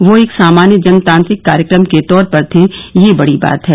वो एक सामान्य जनतांत्रिक कार्यक्रम के तौर पर थे ये बड़ी बात है